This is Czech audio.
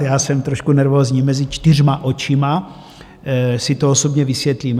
Já jsem trošku nervózní mezi čtyřma očima si to osobně vysvětlíme.